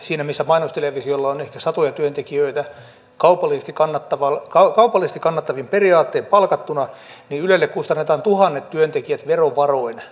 siinä missä mainostelevisiolla on ehkä satoja työntekijöitä kaupallisesti kannattavin periaattein palkattuna niin ylelle kustannetaan tuhannet työntekijät verovaroin